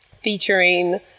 featuring